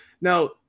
Now